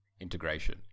integration